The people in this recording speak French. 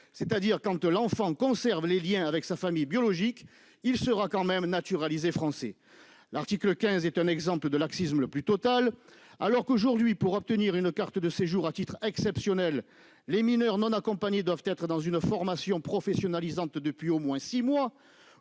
simple dire quand l'enfant conserve les Liens avec sa famille biologique, il sera quand même naturalisé français, l'article 15 est un exemple de laxisme le plus total, alors qu'aujourd'hui, pour obtenir une carte de séjour à titre exceptionnel les mineurs non accompagnés, doivent être dans une formation professionnalisante depuis au moins 6 mois,